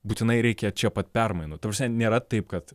būtinai reikia čia pat permainų ta prasme nėra taip kad